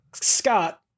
scott